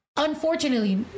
Unfortunately